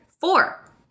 Four